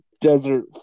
desert